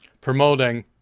promoting